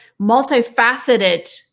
multifaceted